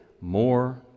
more